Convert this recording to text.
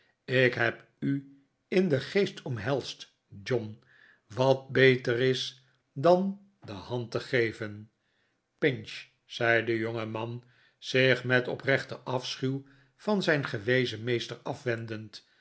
ik heb u in den geest omhelsd john wat beter is dan de hand te geven pinch zei de jongeman zich met oprechten afschuw van zijn gewezen meester afwendend